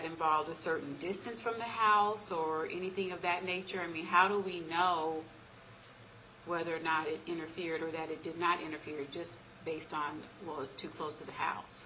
involved a certain distance from the house or anything of that nature i mean how do we know whether or not it interfered or that it did not interfere just based on what was too close to the house